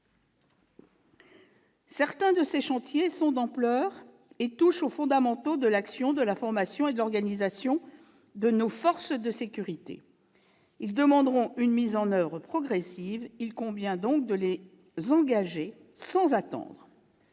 Certains de ces chantiers sont d'ampleur et touchent aux fondamentaux de l'action, de la formation et de l'organisation de nos forces de sécurité. Ils demanderont une mise en oeuvre progressive. Il convient donc de les engager sans attendre.